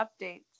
updates